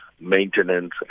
maintenance